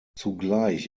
zugleich